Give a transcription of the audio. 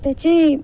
त्याची